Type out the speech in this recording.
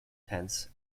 tense